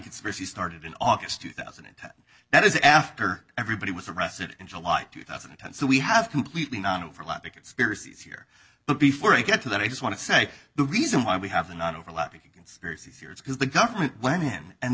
conspiracy started in august two thousand and ten that is after everybody was arrested in july two thousand and ten so we have completely non overlapping conspiracies here but before i get to that i just want to say the reason why we have the non overlapping conspiracy theory is because the government went in and